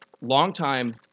longtime